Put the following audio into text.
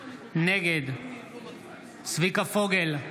נגד צביקה פוגל,